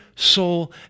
soul